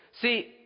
see